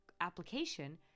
application